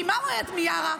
כי מה אומרת מיארה?